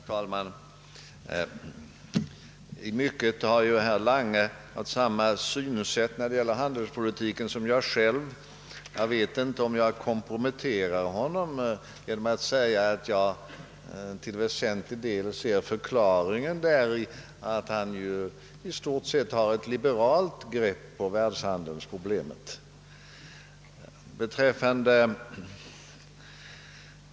Herr talman! I mycket har herr Lange använt samma synsätt som jag när det gäller handelspolitiken. Jag vet inte om jag komprometterar honom genom att säga att jag ser en väsentlig del av förklaringen därtill i att han har ett i stort sett liberalt grepp om världshandelsproblemet.